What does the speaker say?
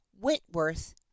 Wentworth